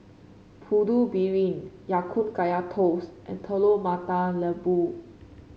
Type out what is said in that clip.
Putu Piring Ya Kun Kaya Toast and Telur Mata Lembu